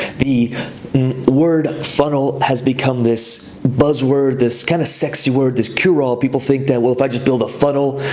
the word funnel has become this buzz word, this kind of sexy word, this cure-all people think that, well, if i just build a funnel,